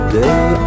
day